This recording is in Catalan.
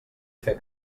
fer